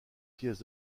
pièce